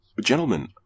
gentlemen